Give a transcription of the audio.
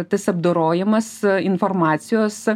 tas apdorojimas informacijos